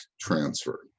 transfer